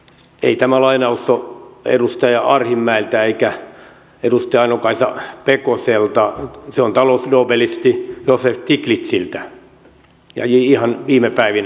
ei tämä lainaus ole edustaja arhinmäeltä eikä edustaja aino kaisa pekoselta se on talousnobelisti joseph stiglitziltä ja ihan viime päivinä sanottu